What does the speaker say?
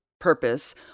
purpose